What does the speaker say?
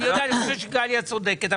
אני חושב שגליה צודקת.